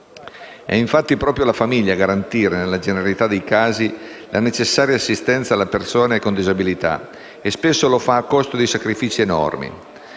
È infatti proprio la famiglia a garantire, nella generalità dei casi, la necessaria assistenza alla persona con disabilità, e spesso lo fa a costo di enormi